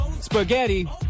Spaghetti